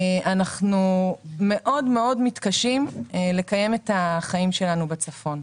אנחנו מאוד מאוד מתקשים לקיים את החיים שלנו בצפון.